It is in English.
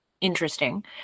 interesting